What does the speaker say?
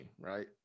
Right